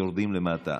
יורדים למטה.